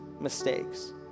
mistakes